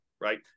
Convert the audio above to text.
right